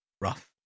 rough